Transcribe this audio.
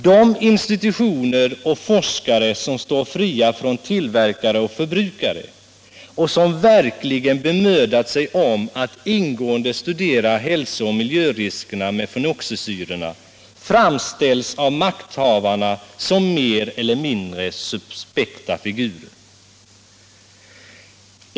De institutioner och forskare som står fria från tillverkare och förbrukare och som verkligen bemödat sig om att ingående studera hälso och miljöriskerna med fenoxisyrorna framställs av makthavarna som mer eller mindre suspekta figurer.